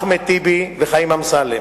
אחמד טיבי וחיים אמסלם,